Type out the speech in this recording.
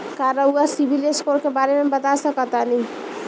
का रउआ सिबिल स्कोर के बारे में बता सकतानी?